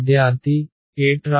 విద్యార్థి aTb